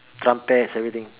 trumpets everything